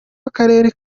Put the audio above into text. akarere